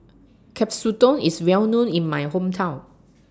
Katsudon IS Well known in My Hometown